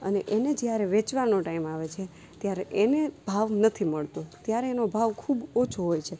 અને એને જ્યારે વેચવાનો ટાઈમ આવે છે ત્યારે એને ભાવ નથી મળતો ત્યારે એનો ભાવ ખૂબ ઓછો હોય છે